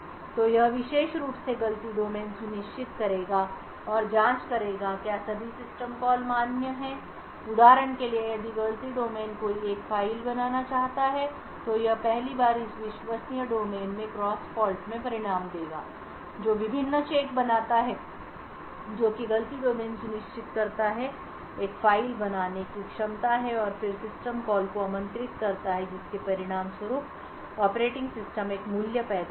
तो यह विशेष रूप से गलती डोमेन सुनिश्चित करेगा और जाँच करेगा कि क्या सभी सिस्टम कॉलमान्य हैं उदाहरण के लिए यदि गलती डोमेन कोई एक फ़ाइल बनाना चाहता है तो यह पहली बार इस विश्वसनीय डोमेन में क्रॉस फ़ॉल्टमें परिणाम देगा जो विभिन्न चेक बनाता है जो कि गलती डोमेन सुनिश्चित करता है एक फ़ाइल बनाने की क्षमता है और फिर सिस्टम कॉल को आमंत्रित करता है जिसके परिणामस्वरूप ऑपरेटिंग सिस्टम एक मूल्य पैदा करेगा